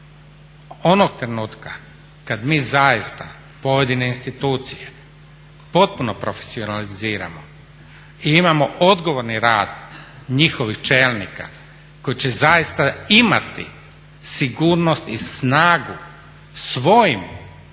onog trenutka kad mi zaista pojedine institucije potpuno profesionaliziramo i imamo odgovorni rad njihovih čelnika koji će zaista imati sigurnost i snagu svojim